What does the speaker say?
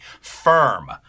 firm